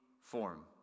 form